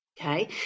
Okay